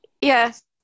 Yes